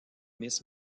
miss